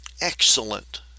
excellent